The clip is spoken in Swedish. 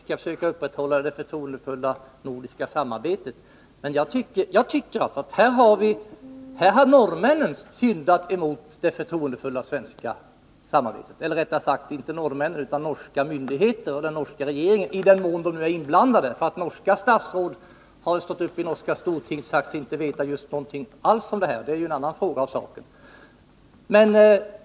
Herr talman! Det är självklart att vi skall försöka upprätthålla det förtroendefulla nordiska samarbetet. Men jag tycker alltså att norrmännen här har syndat emot det förtroendefulla samarbetet med Sverige — eller rättare sagt norska myndigheter och den norska regeringen, i den mån de nu är inblandade. Norska statsråd har stått upp i det norska stortinget och sagt sig inte veta just någonting alls om detta. Det är en annan sida av saken.